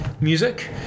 music